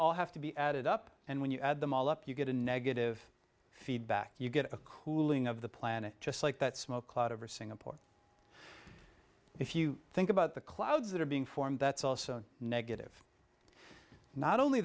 all have to be added up and when you add them all up you get a negative feedback you get a cooling of the planet just like that smoke cloud over singapore if you think about the clouds that are being formed that's also negative not only